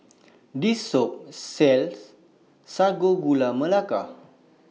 This Shop sells Sago Gula Melaka